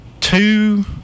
two